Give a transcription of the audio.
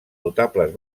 notables